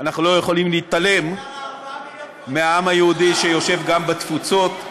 אנחנו לא יכולים להתעלם מהעם היהודי שיושב גם בתפוצות.